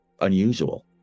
unusual